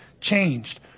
changed